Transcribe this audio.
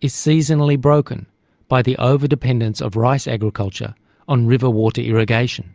is seasonally broken by the overdependence of rice agriculture on river water irrigation.